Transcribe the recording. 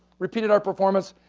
repeated our performance,